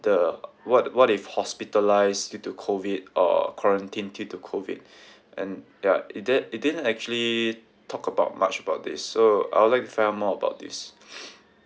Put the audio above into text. the what what if hospitalised due to COVID or quarantined due to COVID and ya it doe~ it didn't actually talk about much about this so I would like to find out more about this